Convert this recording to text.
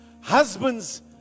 Husbands